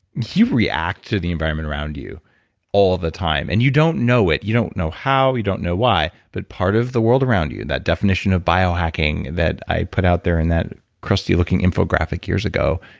you react to the environment around you all of the time. and you don't know it. you don't know how. you don't know why, but part of the world around you in that definition of biohacking that i put out there in that crusty looking infographic years ago,